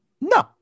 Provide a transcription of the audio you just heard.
No